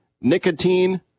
nicotine